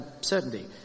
certainty